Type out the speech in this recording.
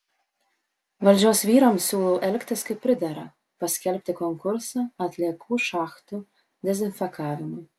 valdžios vyrams siūlau elgtis kaip pridera paskelbti konkursą atliekų šachtų dezinfekavimui